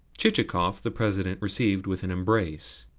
chichikov the president received with an embrace,